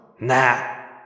Nah